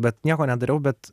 bet nieko nedariau bet